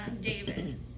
David